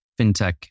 fintech